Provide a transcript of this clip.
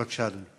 בבקשה, אדוני.